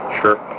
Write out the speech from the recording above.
Sure